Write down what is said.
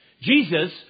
Jesus